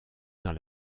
dans